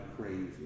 crazy